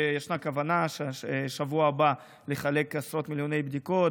ישנה כוונה בשבוע הבא לחלק עשרות מיליוני בדיקות,